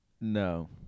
No